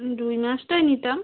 রুই মাছটাই নিতাম